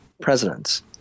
presidents